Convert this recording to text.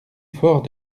fort